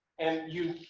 and you,